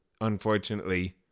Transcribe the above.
unfortunately